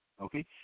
okay